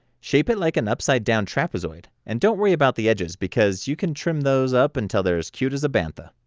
shape it like an upside down trapezoid, and don't worry about the edges because you can trim those up and till they're as cute as a bantha.